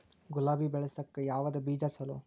ಗುಲಾಬಿ ಬೆಳಸಕ್ಕ ಯಾವದ ಬೀಜಾ ಚಲೋ?